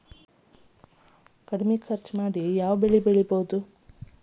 ಕಡಮಿ ಖರ್ಚ ಮಾಡಿ ಯಾವ್ ಬೆಳಿ ಬೆಳಿಬೋದ್?